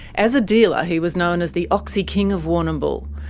as a dealer, he was known as the oxy king of warrnambool,